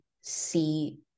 see